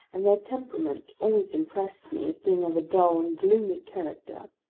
and their temperament always impressed me is being of a dull and gloomy character.